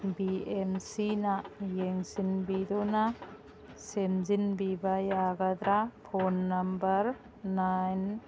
B M ꯁꯤꯅ ꯌꯦꯡꯁꯤꯟꯕꯤꯗꯨꯅ ꯁꯦꯝꯖꯤꯟꯕꯤꯕ ꯌꯥꯒꯗ꯭ꯔ ꯐꯣꯟ ꯅꯝꯕꯔ ꯅꯥꯏꯟ